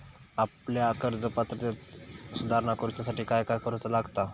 आपल्या कर्ज पात्रतेत सुधारणा करुच्यासाठी काय काय करूचा लागता?